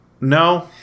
No